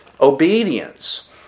obedience